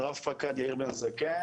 רב פקד יאיר בין זקן,